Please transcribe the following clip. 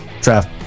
draft